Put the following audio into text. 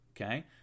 Okay